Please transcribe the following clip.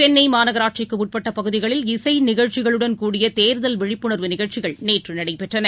சென்னைமாநகராட்சிக்குஉட்பட்டபகுதிகளில் இசைநிகழ்ச்சிகளுடன் கூடிய தேர்தல் விழிப்புணர்வு நிகழ்ச்சிகள் நேற்றுநடைபெற்றன